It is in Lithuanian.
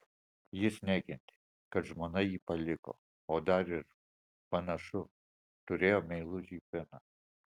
jis nekentė kad žmona jį paliko o dar ir panašu turėjo meilužį finą